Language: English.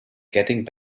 getting